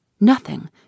Nothing